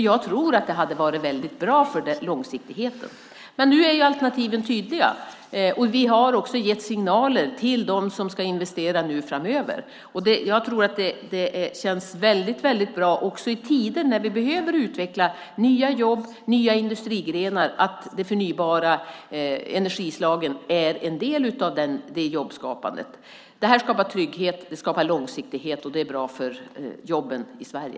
Jag tror nämligen att det hade varit bra för långsiktigheten. Nu är alternativen tydliga, och vi har också gett signaler till dem som ska investera framöver. Det känns bra, särskilt i tider då vi behöver utveckla nya jobb och nya industrigrenar, att de förnybara energislagen är en del av jobbskapandet. Det skapar trygghet och långsiktighet och är bra för jobben i Sverige.